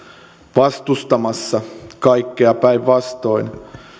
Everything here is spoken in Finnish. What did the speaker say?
vastustamassa kaikkea päinvastoin